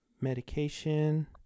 medication